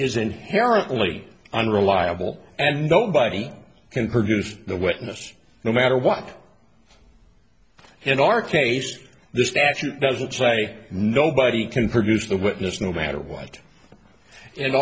peril only unreliable and nobody can produce the witness no matter what in our case the statute doesn't say nobody can produce the witness no matter what in